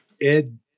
Ed